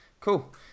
cool